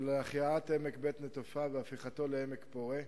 של החייאת עמק בית-נטופה והפיכתו לעמק פורה.